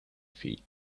feet